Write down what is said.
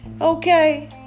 okay